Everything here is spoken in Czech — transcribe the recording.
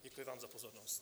Děkuji vám za pozornost.